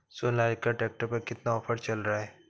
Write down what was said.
Sonalika tractor में कितना offer चल रहा है?